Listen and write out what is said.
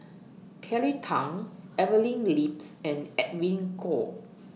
Kelly Tang Evelyn Lips and Edwin Koek